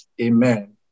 Amen